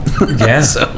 Yes